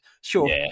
sure